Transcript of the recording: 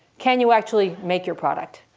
can you actually make your product?